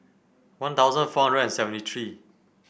One Thousand four hundred and seventy three